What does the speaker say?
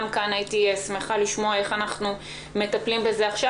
גם כאן הייתי שמחה לשמוע איך אנחנו מטפלים בזה עכשיו